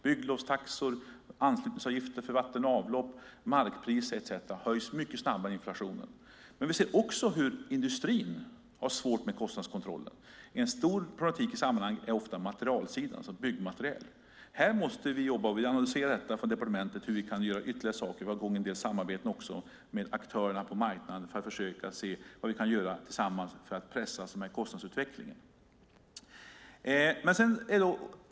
Bygglovstaxor, anslutningsavgifter för vatten och avlopp, markpriser etcetera höjs mycket snabbare än inflationen. Vi ser också hur industrin har svårt med kostnadskontrollen. En stor problematik i sammanhanget är ofta materialsidan. Här måste vi jobba. Vi analyserar från departementet hur vi kan göra ytterligare saker. Vi har också i gång en del samarbeten med aktörerna på marknaden för att se vad vi kan göra tillsammans för att pressa kostnadsutvecklingen.